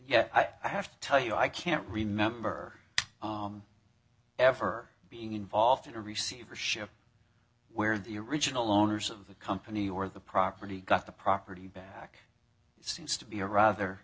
yeah i have to tell you i can't remember ever being involved in a receivership where the original owners of the company or the property got the property back seems to be a rather